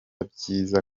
byiza